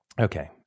Okay